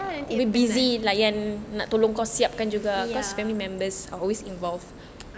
but idah nanti will be penat